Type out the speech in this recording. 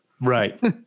right